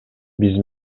биз